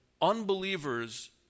unbelievers